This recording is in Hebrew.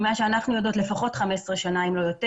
ממה שאנחנו יודעות לפחות 15 שנים אם לא יותר.